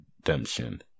redemption